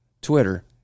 Twitter